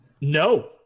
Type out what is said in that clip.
No